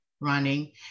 running